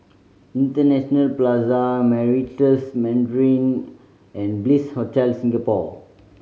International Plaza Meritus Mandarin and Bliss Hotel Singapore